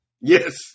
Yes